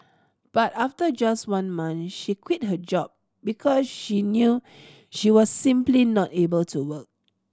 but after just one month she quit her job because she knew she was simply not able to work